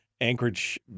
Anchorage